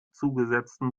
zugesetzten